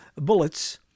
bullets